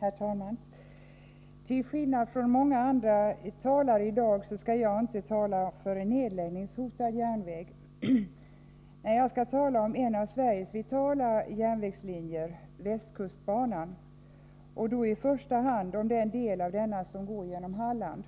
Herr talman! Till skillnad från många andra talare i dag skall jag inte tala för en nedläggningshotad järnväg. Nej, jag skall tala om en av Sveriges vitala järnvägslinjer — västkustbanan — och då i första hand om den del av denna som går genom Halland.